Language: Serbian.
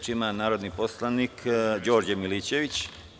Reč ima narodni poslanik Đorđe Milićević.